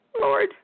Lord